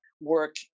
work